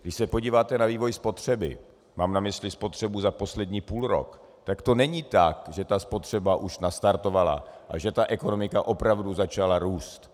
Když se podíváte na vývoj spotřeby, mám na mysli spotřebu za poslední půl rok, tak to není tak, že ta spotřeba už nastartovala a že ekonomika opravdu začala růst.